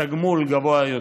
התגמול גבוה יותר.